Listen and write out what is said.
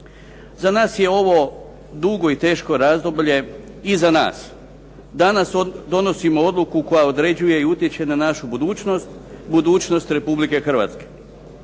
Za nas je ovo dugo i teško razdoblje, iza nas. Danas donosimo odluku koja određuje i utječe na našu budućnost, budućnost Republike Hrvatske.